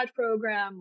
program